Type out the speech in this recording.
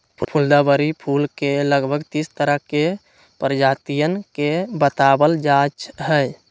गुलदावरी फूल के लगभग तीस तरह के प्रजातियन के बतलावल जाहई